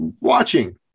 watching